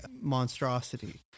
monstrosity